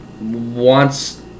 wants